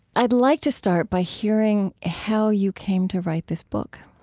i'd like to start by hearing how you came to write this book